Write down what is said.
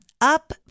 Up